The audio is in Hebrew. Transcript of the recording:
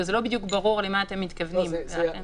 לא ברור למה הכוונה.